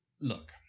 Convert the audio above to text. look